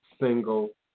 single